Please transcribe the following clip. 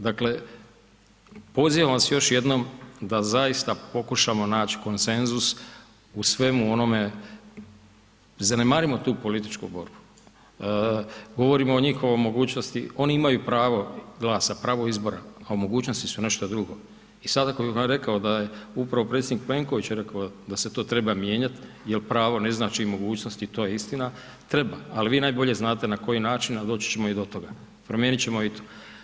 Dakle, pozivam vas još jednom da zaista pokušamo nać koncensus u svemu onome, zanemarimo tu političku borbu, govorimo o njihovoj mogućnosti, oni imaju pravo glasa, pravo izbora, a u mogućnosti su nešto drugo i sada kad bi vam rekao da je upravo predsjednik Plenković rekao da se to treba mijenjat jel pravo ne znači i mogućnost i to je istina, treba, al vi najbolje znate na koji način, al doći ćemo i do toga, promijenit ćemo i to.